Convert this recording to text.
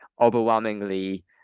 overwhelmingly